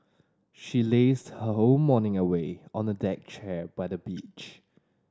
she lazed her whole morning away on the deck chair by the beach